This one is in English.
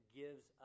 gives